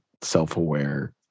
self-aware